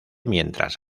mientras